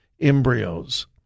embryos